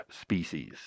species